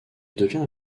devient